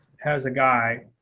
has a guy,